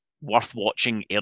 worth-watching